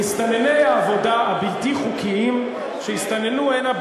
מסתנני העבודה הבלתי-חוקיים שהסתננו הנה,